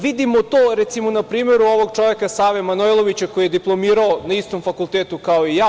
Vidimo to, recimo, na primeru ovog čoveka, Save Manojlovića, koji je diplomirao na istom fakultetu kao i ja.